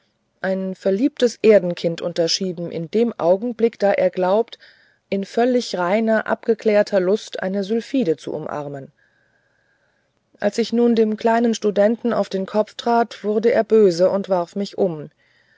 ein verliebtes erdenkind unterschieben in dem augenblick da er glaubte in völlig reiner abgeklärter lust eine sylphide zu umarmen als ich nun dem kleinen studenten auf den kopf trat wurde er böse und warf mich um